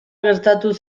gertatu